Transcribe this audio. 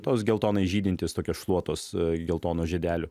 tos geltonai žydintys tokios šluotos geltonų žiedelių